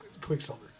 Quicksilver